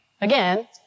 again